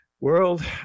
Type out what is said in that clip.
world